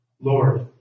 Lord